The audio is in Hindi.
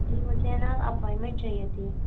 जी मुझे ना अपॉइनमेन चाहिए थी